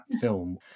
film